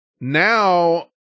now